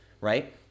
right